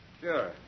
Sure